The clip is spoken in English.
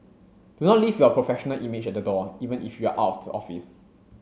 do not leave your professional image at the door even if you are out of the office